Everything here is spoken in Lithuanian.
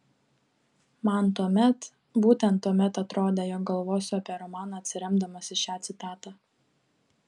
man tuomet būtent tuomet atrodė jog galvosiu apie romaną atsiremdamas į šią citatą